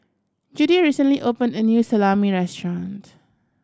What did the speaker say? Judi recently opened a new Salami Restaurant